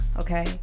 okay